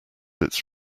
its